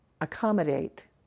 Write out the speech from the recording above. accommodate